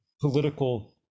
political